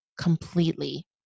completely